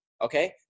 okay